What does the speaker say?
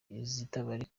zikubiyemo